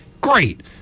Great